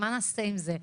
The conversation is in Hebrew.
מה נעשה עם זה?